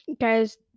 guys